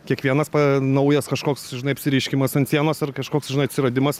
kiekvienas naujas kažkoks žinai apsireiškimas ant sienos ar kažkoks atsiradimas